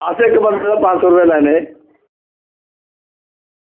अस इक्क बंदे दा पंज सौ रपेआ लैन्ने